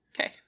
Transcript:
okay